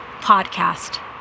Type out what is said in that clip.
podcast